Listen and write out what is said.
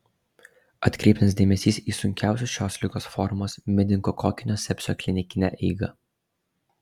atkreiptinas dėmesys į sunkiausios šios ligos formos meningokokinio sepsio klinikinę eigą